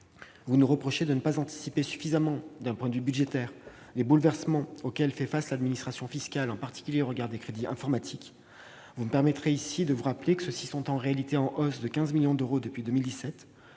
vous nous reprochez de ne pas anticiper suffisamment, d'un point de vue budgétaire, les bouleversements auxquels fait face l'administration fiscale, en particulier au regard des crédits informatiques. Or ces crédits sont, en réalité, en hausse de 15 millions d'euros depuis 2017.